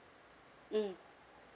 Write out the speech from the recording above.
mm